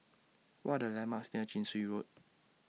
What Are The landmarks near Chin Swee Road